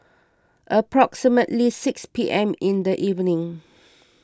approximately six P M in the evening